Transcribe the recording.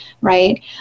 Right